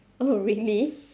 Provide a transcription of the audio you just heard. really